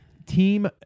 Team